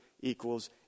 equals